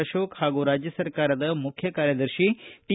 ಅಶೋಕ್ ಹಾಗೂ ರಾಜ್ಯ ಸರ್ಕಾರದ ಮುಖ್ಯ ಕಾರ್ಯದರ್ಶಿ ಟಿ